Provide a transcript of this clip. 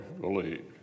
believe